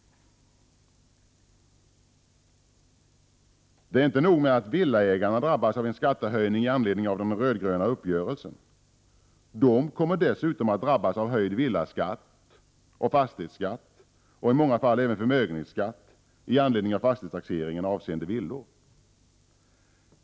Det är inte nog med att villaägarna drabbas av en skattehöjning i anledning av den röd-gröna uppgörelsen. De kommer dessutom att drabbas av höjd villaskatt och fastighetsskatt och i många fall även förmögenhetsskatt i anledning av fastighetstaxeringen avseende villor.